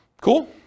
Cool